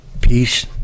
Peace